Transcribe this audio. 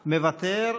מוותר.